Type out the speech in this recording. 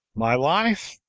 my life?